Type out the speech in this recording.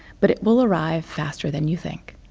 but it will arrive faster than you think.